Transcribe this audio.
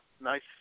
nice